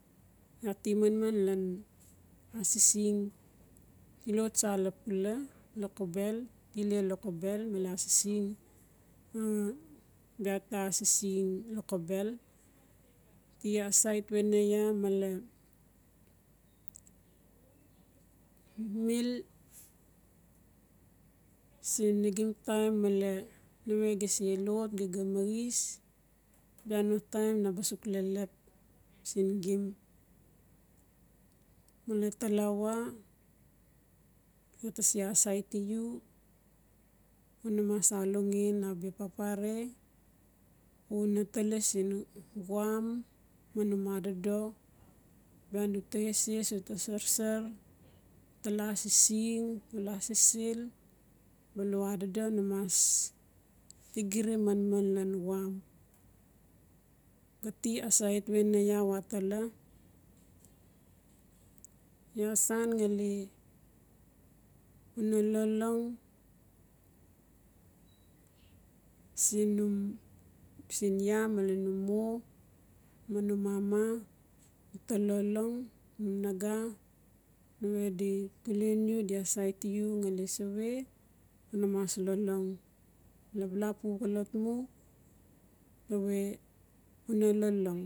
Iaa ti manman lan asising tulo tsa lapula lokobel tile lokobel asising bia ta asising lokobel ti asait wena iaa male mil siin nigim taim male nawe gim se lot gi ga maxis bia no taim na ba suk lelep siin gim. Male talawa iaa ta se asaiti u una mas alongen abia papare una tali siin wam ma num adodo bia uta eses uta sarsar tala asising ulaa sisil balaura adodo namas tigiri manman lan wam. Gati asait wen iaa watala iaa sangali una lolong siin num siin iaa malen num mo ma num mama uta lolong num naga nawe di tulen u di asaiti u ngali sawe una mas lolong. Bala pu xolot mu nawe una lolong.